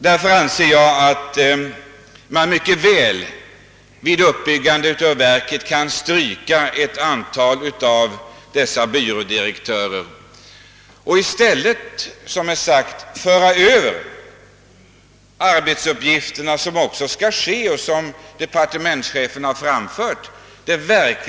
Jag anser att man vid uppbyggandet av verket mycket väl kan stryka ett antal av dessa byrådirektörer och i stället föra över arbetsuppgifterna till länen.